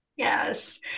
Yes